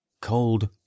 cold